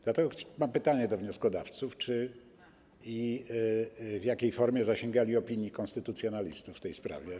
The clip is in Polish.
Dlatego mam pytanie do wnioskodawców, czy i w jakiej formie zasięgali opinii konstytucjonalistów w tej sprawie.